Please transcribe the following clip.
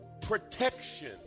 protection